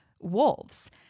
wolves